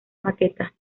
maqueta